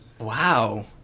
Wow